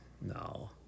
no